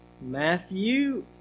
Matthew